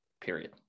period